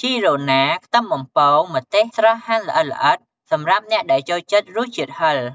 ជីរណា ខ្ទឹមបំពង ម្ទេសស្រស់ហាន់ល្អិតៗ សម្រាប់អ្នកដែលចូលចិត្តរសជាតិហឹរ។